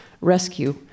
Rescue